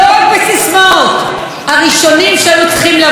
הראשונים שהיו צריכים לבוא ולחזק את חוק